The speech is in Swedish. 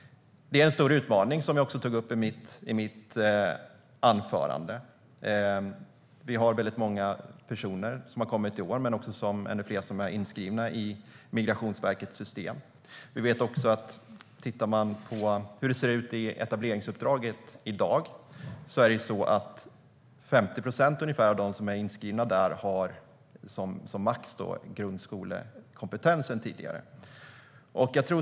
Det är en större utmaning, vilket jag också tog upp i mitt anförande. Vi har väldigt många personer som har kommit i år men ännu fler som är inskrivna i Migrationsverkets system. När vi ser på hur det ser ut i etableringsuppdraget i dag ser vi att ungefär 50 procent av dem som är inskrivna där max har grundskolekompetens sedan tidigare.